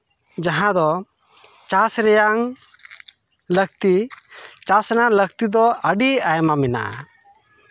ᱡᱟᱦᱟᱸ ᱫᱚ ᱪᱟᱥ ᱨᱮᱭᱟᱝ ᱞᱟᱹᱠᱛᱤ ᱪᱟᱥ ᱨᱮᱱᱟᱜ ᱞᱟᱹᱠᱛᱤ ᱫᱚ ᱟᱹᱰᱤ ᱟᱭᱢᱟ ᱢᱮᱱᱟᱜᱼᱟ